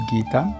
Gita